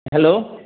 hello